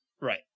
Right